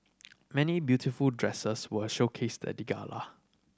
many beautiful dresses were showcased at the gala